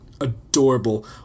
adorable